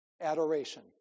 Adoration